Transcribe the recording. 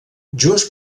junts